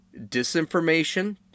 Disinformation